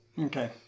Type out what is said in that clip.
Okay